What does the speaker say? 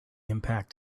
impact